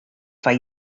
foar